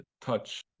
touch